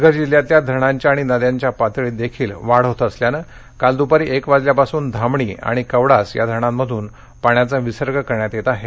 पालघर जिल्ह्यातल्या धरणांच्या आणि नद्यांच्या पातळीत देखील वाढ होत असल्यानं काल दुपारी एक वाजल्यापासून धामणी आणि कवडास या धरणांमधून पाण्याचा विसर्ग करण्यात येत आहे